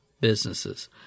businesses